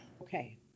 Okay